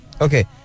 Okay